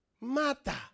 Mata